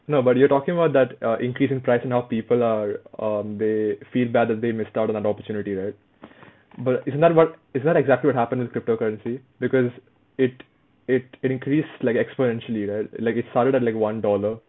no but you're talking about that uh increase in price and now people are um they feel bad that they missed out on another opportunity right but it's not about it's not exactly what happened with cryptocurrency because it it it increase like exponentially right like it started out like one dollar